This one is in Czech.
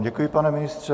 Děkuji vám, pane ministře.